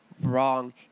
wrong